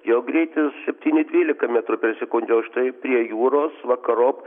jo greitis septyni trylika metrų per sekundę o štai prie jūros vakarop